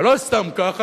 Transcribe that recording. ולא סתם ככה,